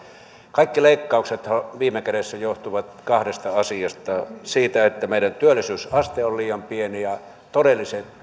kaikki leikkauksethan viime kädessä johtuvat kahdesta asiasta meidän työllisyysaste on liian pieni ja todelliset